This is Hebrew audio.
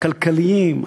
הכלכליים,